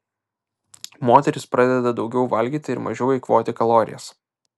moteris pradeda daugiau valgyti ir mažiau eikvoti kalorijas